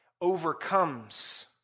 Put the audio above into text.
overcomes